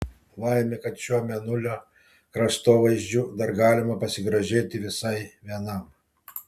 laimė kad šiuo mėnulio kraštovaizdžiu dar galima pasigrožėti visai vienam